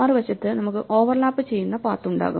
മറുവശത്ത് നമുക്ക് ഓവർലാപ്പ് ചെയ്യുന്ന പാത്ത് ഉണ്ടാകും